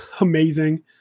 amazing